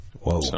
Whoa